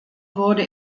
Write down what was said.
wurde